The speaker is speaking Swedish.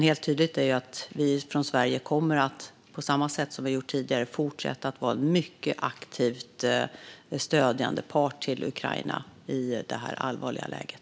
Helt tydligt är att vi från Sverige på samma sätt som tidigare kommer att fortsätta att vara en mycket aktivt stödjande part för Ukraina i det här allvarliga läget.